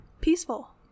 Peaceful